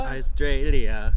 Australia